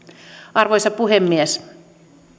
arvoisa puhemies